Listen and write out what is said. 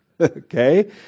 okay